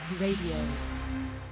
Radio